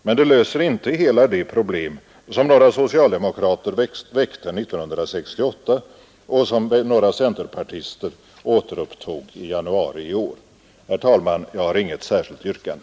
Men den löser inte hela det problem som några socialdemokrater tog upp 1968 och som några centerpartister återupptog i januari i år. Herr talman! Jag har inget särskilt yrkande.